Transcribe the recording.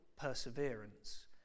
perseverance